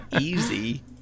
easy